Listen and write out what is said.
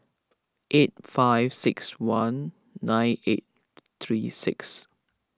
eight five six one nine eight three six